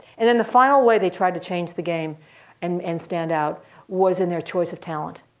and then the final way they tried to change the game and and stand out was in their choice of talent.